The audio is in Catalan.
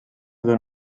d’un